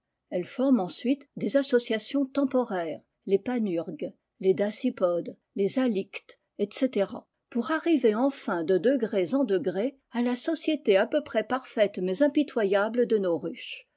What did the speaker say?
elle forme ensuite des associations temporaires les panurgues les dasypodes les halictes etc pour arriver enfin de degrés en degrés à la société à peu près parfaite mais impitoyable de nos ruches